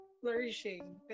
flourishing